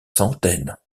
centaines